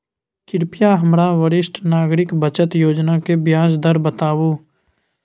कृपया हमरा वरिष्ठ नागरिक बचत योजना के ब्याज दर बताबू